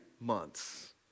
months